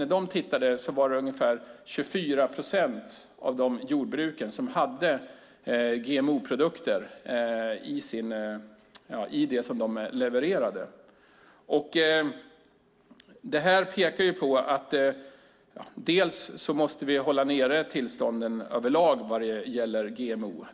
När de gjorde studien var det ungefär 24 procent av de jordbruken som hade genmodifierade produkter i sina leveranser. Det här pekar på att vi måste hålla nere tillstånden över lag vad gäller GMO.